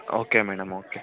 okay madam okay